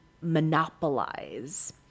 monopolize